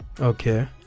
okay